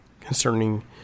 concerning